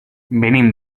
venim